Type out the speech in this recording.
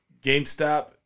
GameStop